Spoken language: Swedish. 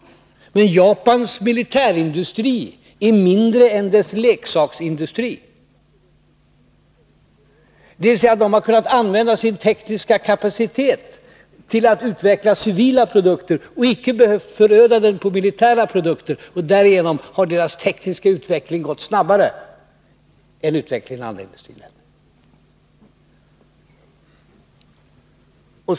Men Japans militärindustri är mindre än dess leksaksindustri. I Japan har man alltså kunnat använda sin tekniska kapacitet till att utveckla civila produkter och har icke behövt föröda den på militära produkter, och därigenom har deras tekniska utveckling gått snabbare än utvecklingen i andra industriländer.